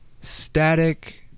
static